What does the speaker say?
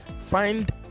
find